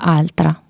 altra